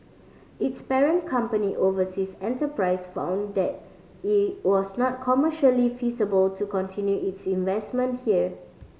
its parent company Overseas Enterprise found that it was not commercially feasible to continue its investment here